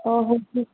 हो हो